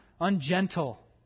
ungentle